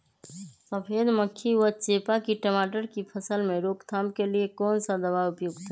सफेद मक्खी व चेपा की टमाटर की फसल में रोकथाम के लिए कौन सा दवा उपयुक्त है?